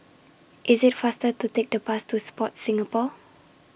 IS IT faster to Take The Bus to Sport Singapore